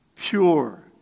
pure